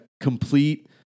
complete